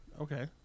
Okay